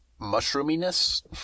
mushroominess